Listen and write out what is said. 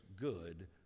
good